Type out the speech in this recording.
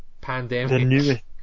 Pandemic